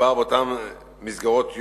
מדובר באותן מסגרות-יום,